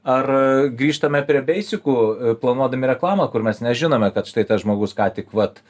ar grįžtame prie beisikų planuodami reklamą kur mes nežinome kad štai tas žmogus ką tik vat